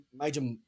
major